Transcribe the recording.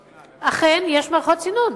יש מערכת סינון.